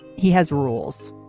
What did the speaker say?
he has rules.